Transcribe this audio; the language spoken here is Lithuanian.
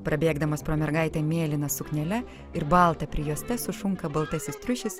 prabėgdamas pro mergaitę mėlyna suknele ir balta prijuoste sušunka baltasis triušis